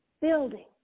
building